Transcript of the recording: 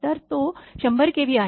तर तो १०० केव्ही आहे